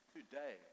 Today